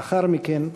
לאחר מכן,